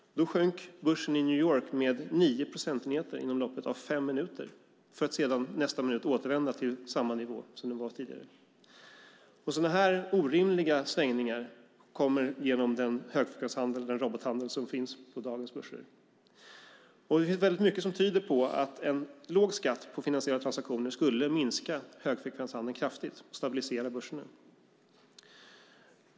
Då sjönk börsen i New York med 9 procentenheter inom loppet av fem minuter, för att sedan nästa minut återvända till samma nivå som tidigare. Sådana orimliga svängningar kommer genom den högfrekvenshandel, den robothandel, som finns på dagens börser. Det finns mycket som tyder på att en låg skatt på finansiella transaktioner skulle minska högfrekvenshandeln kraftigt och stabilisera börserna.